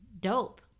dope